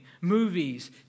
movies